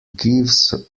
gives